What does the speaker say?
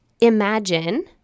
imagine